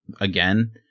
again